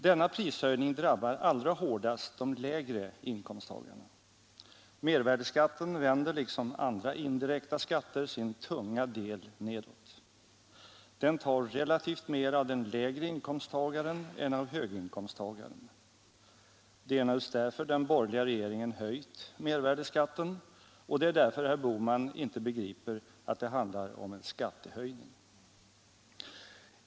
Denna prishöjning drabbar allra hårdast de lägre inkomsttagarna. Mervärdeskatten vänder liksom andra indirekta skatter sin tunga del nedåt. Den tar relativt mera av den lägre inkomsttagaren än av höginkomsttagaren. Det är naturligtvis därför den borgerliga regeringen höjt mervärdeskatten och det är därför herr Bohman inte begriper att det handlar om en skattehöjning.